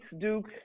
Duke